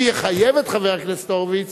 שיחייב את חבר הכנסת הורוביץ,